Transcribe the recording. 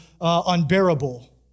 unbearable